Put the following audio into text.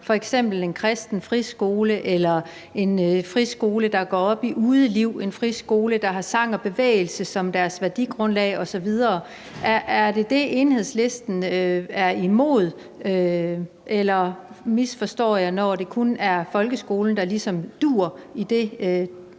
f.eks. på en kristen friskole eller en friskole, der går op i udeliv, eller en friskole, der har sang og bevægelse som deres værdigrundlag osv.? Er det det, Enhedslisten er imod, eller misforstår jeg det, ordføreren står og siger, når